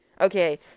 Okay